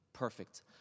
Perfect